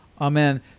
Amen